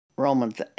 Romans